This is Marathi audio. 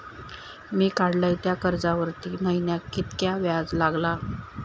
मी काडलय त्या कर्जावरती महिन्याक कीतक्या व्याज लागला?